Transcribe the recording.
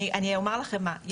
אני אומר לכם מה,